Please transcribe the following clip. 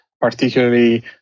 particularly